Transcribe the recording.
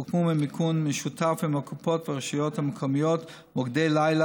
הוקמו במימון משותף עם הקופות והרשויות המקומיות מוקדי לילה